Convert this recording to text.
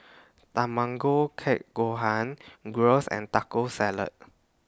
Tamago Kake Gohan Gyros and Taco Salad